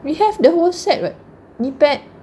we have the whole set [what] knee pad